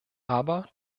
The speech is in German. aber